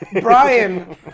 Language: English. Brian